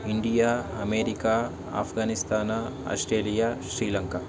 India America Afghanistan Australia Sri Lanka